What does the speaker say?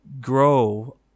grow